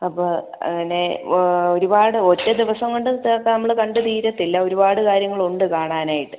അപ്പോൾ അങ്ങനെ ഒരുപാട് ഒറ്റ ദിവസം കൊണ്ട് ഇത് ഒക്കെ നമ്മൾ കണ്ട് തീരത്തില്ല ഒരുപാട് കാര്യങ്ങൾ ഉണ്ട് കാണാനായിട്ട്